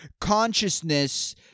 consciousness